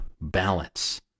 balance